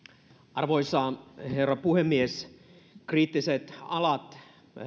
arvoisa herra puhemies kriittiset alat